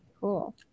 Cool